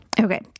Okay